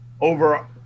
over